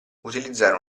utilizzare